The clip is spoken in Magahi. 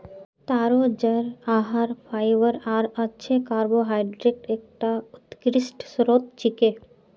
तारो जड़ आहार फाइबर आर अच्छे कार्बोहाइड्रेटक एकता उत्कृष्ट स्रोत छिके